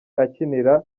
akinira